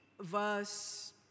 verse